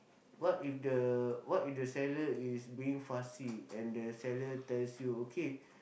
what if the what if the seller is being fussy and the seller tells you okay